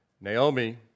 Naomi